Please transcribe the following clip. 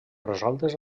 resoltes